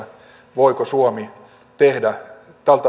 voiko suomi tehdä